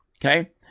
okay